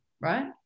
Right